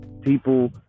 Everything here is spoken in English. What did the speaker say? people